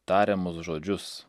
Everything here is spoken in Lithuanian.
tariamus žodžius